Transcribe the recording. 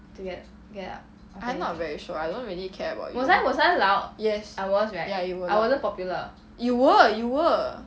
I'm not very sure I don't really care about you yes ya you were loud you were you were